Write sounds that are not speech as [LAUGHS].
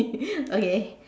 [LAUGHS] okay